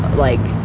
like,